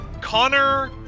Connor